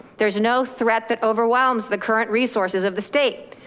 there's no threat that overwhelms the current resources of the state.